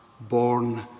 born